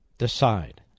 Decide